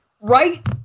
Right